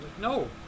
No